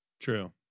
True